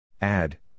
Add